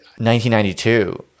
1992